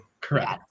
Correct